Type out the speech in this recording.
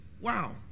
Wow